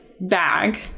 bag